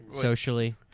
socially